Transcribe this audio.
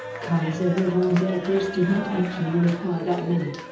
kaiser wilhelm der grosse did not actually require that many.